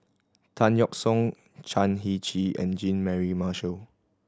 Tan Yeok Seong Chan Heng Chee and Jean Mary Marshall